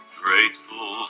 grateful